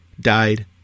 died